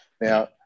Now